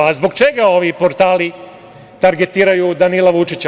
A zbog čega ovi portali targetiraju Danila Vučića?